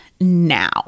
now